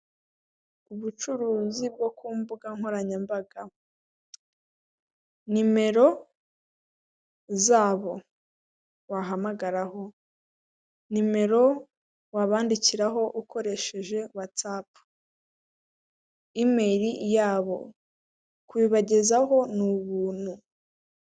Ubucuruzi ku mbuga nkoranyambaga, nimero zabo wahamagaraho, nimero wabandikiraho ukoresheje WhatsApp, Email yabo kubibagezaho ni ubuntu.